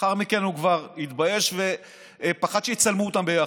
לאחר מכן הוא כבר התבייש ופחד שיצלמו אותם ביחד,